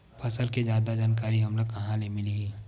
फसल के जादा जानकारी हमला कहां ले मिलही?